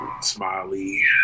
Smiley